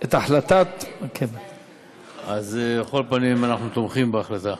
את החלטת, אז על כל פנים, אנחנו תומכים בהחלטה,